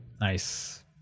Nice